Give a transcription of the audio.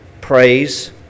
praise